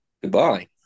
Goodbye